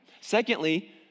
Secondly